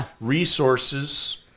resources